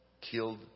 killed